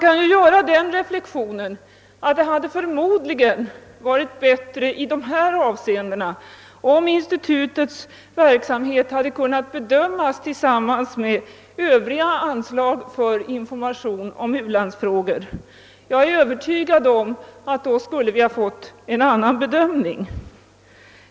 Man kan göra den reflexionen att det förmodligen hade varit bättre, om institutets verksamhet hade kunnat bedömas tillsammans med övriga anslag för information om u-landsfrågor. Jag är övertygad om att vi då skulle ha fått en annan bedömning.